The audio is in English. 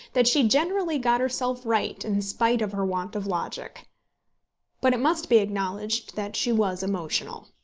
that she generally got herself right in spite of her want of logic but it must be acknowledged that she was emotional.